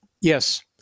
Yes